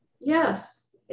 yes